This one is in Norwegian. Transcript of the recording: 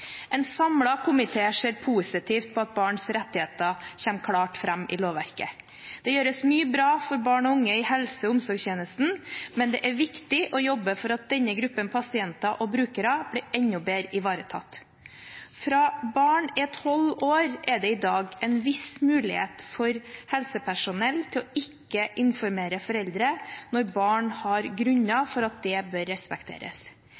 En samlet komité ser positivt på at barns rettigheter kommer klart fram i lovverket. Det gjøres mye bra for barn og unge i helse- og omsorgstjenesten, men det er viktig å jobbe for at denne gruppen pasienter og brukere blir enda bedre ivaretatt. Fra barn er tolv år, er det i dag en viss mulighet for helsepersonell til ikke å informere foreldre når barn har grunner for at det bør respekteres.